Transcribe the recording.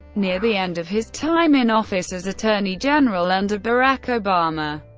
near the end of his time in office as attorney general under barack obama,